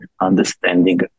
understanding